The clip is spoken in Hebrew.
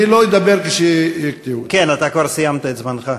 אני לא אדבר, כן, אתה כבר סיימת את זמנך.